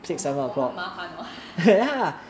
我们我们很麻烦 hor